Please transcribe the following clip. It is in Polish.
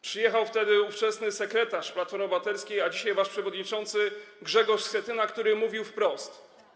Przyjechał ówczesny sekretarz Platformy Obywatelskiej, a dzisiaj wasz przewodniczący Grzegorz Schetyna, który mówił wprost: